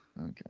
Okay